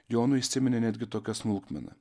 jonui įsiminė netgi tokia smulkmena